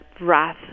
wrath